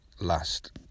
last